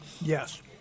Yes